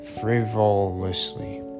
frivolously